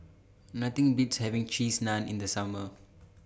Nothing Beats having Cheese Naan in The Summer